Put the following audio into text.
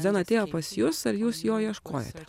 zen atėjo pas jus ar jūs jo ieškojote